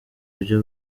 byo